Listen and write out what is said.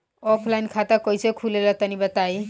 Offline खाता कइसे खुलेला तनि बताईं?